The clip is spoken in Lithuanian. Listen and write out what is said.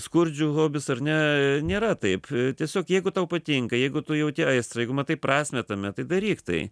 skurdžių hobis ar ne nėra taip tiesiog jeigu tau patinka jeigu tu jauti aistrą jeigu matai prasmę tame tai daryk tai